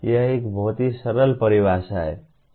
यह एक बहुत ही सरल परिभाषा है